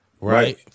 right